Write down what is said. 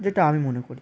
যেটা আমি মনে করি